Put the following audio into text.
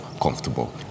comfortable